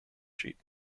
sheep